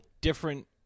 different